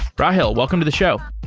rahil, welcome to the show